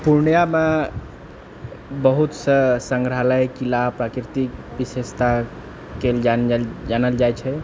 पूर्णियामे बहुत सा संग्रहालय किला प्राकृतिक विशेषताके लिए जानल जाइ छै